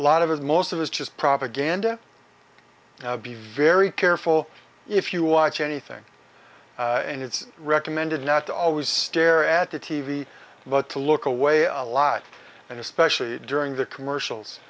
lot of it most of is just propaganda be very careful if you watch anything and it's recommended not always stare at the t v but to look away a lot and especially during the commercials